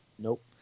Nope